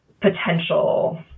potential